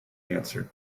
answered